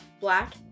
Black